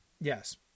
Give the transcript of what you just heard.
yes